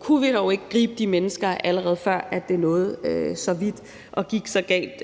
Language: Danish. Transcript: Kunne vi dog ikke gribe de mennesker, før det er nået så vidt og gik så galt